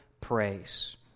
praise